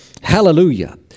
Hallelujah